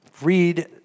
read